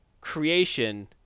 creation